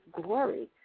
glory